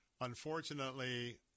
Unfortunately